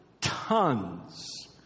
tons